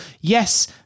yes